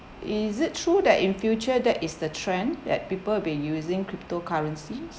is it true that in future that is the trend that people will be using crypto currencies